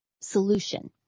solution